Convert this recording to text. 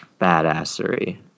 badassery